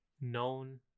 known